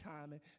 timing